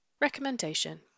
Recommendation